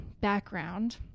background